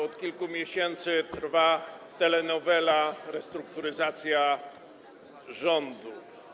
Od kilku miesięcy trwa telenowela: restrukturyzacja rządu.